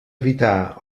evitar